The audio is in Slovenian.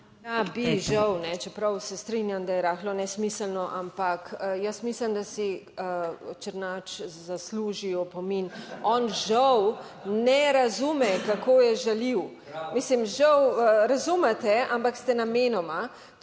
Ja, bi, žal, čeprav se strinjam, da je rahlo nesmiselno, ampak jaz mislim, da si Černač zasluži opomin. On žal ne razume, kako je žaljiv, mislim, žal razumete? Ampak ste namenoma,